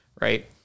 Right